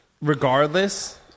regardless